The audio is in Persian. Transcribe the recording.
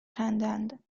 خندند